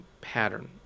pattern